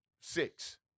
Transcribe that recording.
six